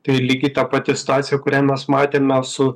tai lygiai ta pati situacija kurią mes matėme su